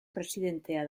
presidentea